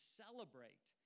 celebrate